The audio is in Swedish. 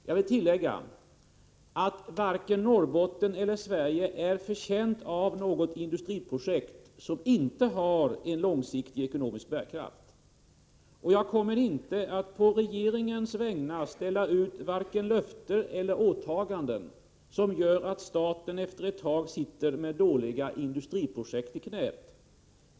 Jag vill tillägga att varken Norrbotten eller Sverige är betjänt av något industriprojekt som inte har en långsiktig ekonomisk bärkraft. Jag kommer inte att på regeringens vägnar vare sig ställa ut löften eller göra åtaganden som innebär att staten efter ett tag sitter med dåliga industriprojekt i knäet.